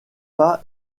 pas